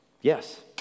Yes